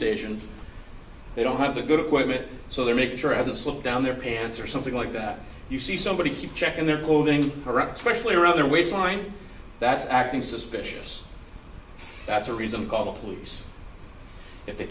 station they don't have the good equipment so they make sure hasn't slowed down their pants or something like that you see somebody keep checking their clothing correct specially around their waist line that's acting suspicious that's a reason call the police if they